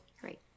Great